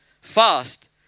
fast